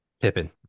Pippin